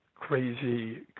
crazy